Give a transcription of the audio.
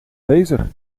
bezig